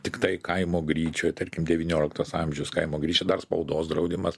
tiktai kaimo gryčioj tarkim devynioliktos amžiaus kaimo gryčia dar spaudos draudimas